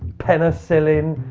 penicillin.